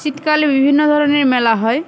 শীতকালে বিভিন্ন ধরনের মেলা হয়